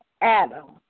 Adam